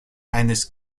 eines